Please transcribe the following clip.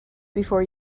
before